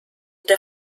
der